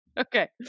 Okay